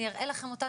אני אראה לכם אותה,